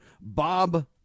Bob